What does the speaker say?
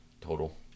total